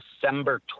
December